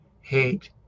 hate